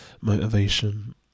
motivation